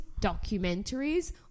documentaries